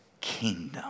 kingdom